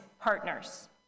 partners